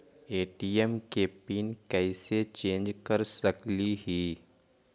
ATM के PIN कैसे change कर सकली ही?